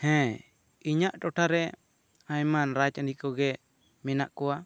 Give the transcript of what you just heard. ᱦᱮᱸ ᱤᱧᱟᱹᱜ ᱴᱚᱴᱷᱟ ᱨᱮ ᱟᱭᱢᱟᱱ ᱨᱟᱡᱽᱟᱹᱨᱤ ᱠᱚᱜᱮ ᱢᱮᱱᱟᱜ ᱠᱚᱣᱟ